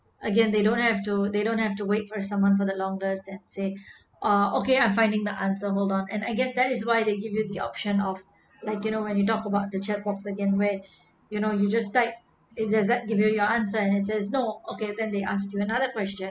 again they don't have to they don't have to wait for someone for the longest that said uh okay I'm finding the answer hold on and I guess that is why they give you the option of like you know when you talk about the chat box again where you know you just type it just that give you your answer and it says no okay then they ask you another question